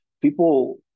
people